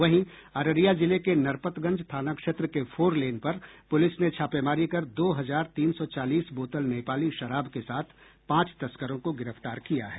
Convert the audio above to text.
वहीं अररिया जिले के नरपतगंज थाना क्षेत्र के फोरलेन पर पुलिस ने छापेमारी कर दो हजार तीन सौ चालीस बोतल नेपाली शराब के साथ पांच तस्करों को गिरफ्तार किया है